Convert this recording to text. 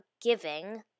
giving